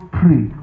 pray